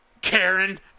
Karen